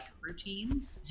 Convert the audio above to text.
routines